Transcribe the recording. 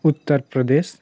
Uttar Pradesh